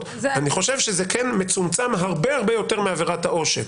ואני חושב שזה כן מצומצם הרבה הרבה יותר מעבירת העושק